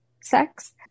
sex